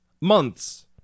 months